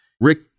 Rick